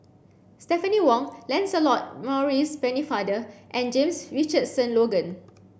Stephanie Wong Lancelot Maurice Pennefather and James Richardson Logan